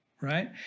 right